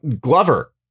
Glover